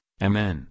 MN